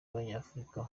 b’abanyafurika